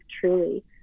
truly